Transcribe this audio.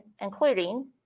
including